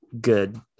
good